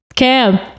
cam